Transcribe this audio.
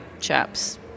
chaps